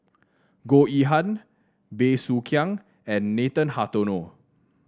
Goh Yihan Bey Soo Khiang and Nathan Hartono